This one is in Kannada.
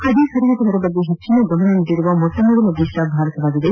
ಹದಿಹರಯದವರ ಬಗ್ಗೆ ಹೆಚ್ಚಿನ ಗಮನ ನೀಡಿರುವ ಮೊಟ್ಟಮೊದಲ ದೇಶ ಭಾರತವಾಗಿದೆ